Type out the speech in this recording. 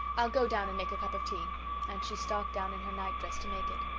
i'll go down and make a cup of tea' and she stalked down in her nightdress to make it.